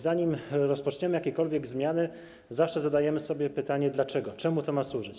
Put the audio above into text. Zanim rozpoczniemy jakiekolwiek zmiany, zawsze zadajemy sobie pytanie: Dlaczego, czemu to ma służyć?